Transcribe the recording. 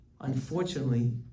Unfortunately